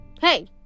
Hey